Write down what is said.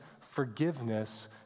forgiveness